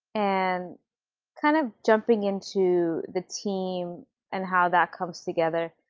um kind of jumping into the team and how that comes together,